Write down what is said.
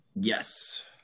Yes